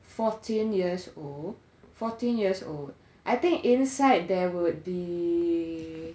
fourteen years old fourteen years old I think inside there would be